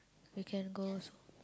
we can go also